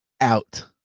out